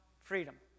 freedom